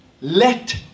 let